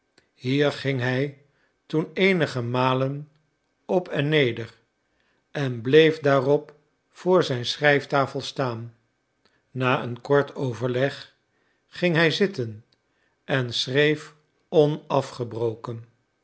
hier ging hij toen eenige malen op en neder en bleef daarop voor zijn schrijftafel staan na een kort overleg ging hij zitten en schreef onafgebroken